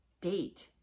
date